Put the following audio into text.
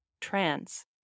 trans